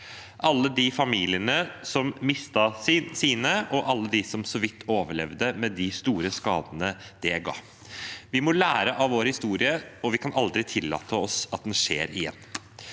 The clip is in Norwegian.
alle de familiene som mistet sine, og alle dem som så vidt overlevde, med de store skadene det ga. Vi må lære av vår historie, og vi kan aldri tillate oss at den skjer igjen.